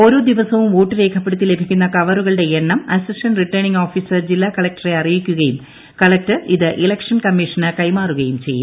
ഓരോ ദിവസവും വോട്ട് രേഖപ്പെടുത്തി ലഭിക്കുന്ന കവറുകളുടെ എണ്ണം അസിസ്റ്റന്റ് റിട്ടേണിങ് ഓഫിസർ ജില്ലാ കളക്ടറെ അറിയിക്കുകയും കളക്ടർ ഇത് ഇലക്ഷൻ കമ്മിഷനു കൈമാറുകയും ചെയ്യും